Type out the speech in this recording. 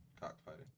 Cockfighting